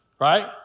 Right